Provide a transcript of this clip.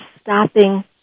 stopping